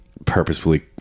purposefully